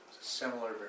similar